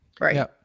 Right